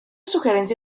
sugerencia